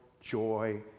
joy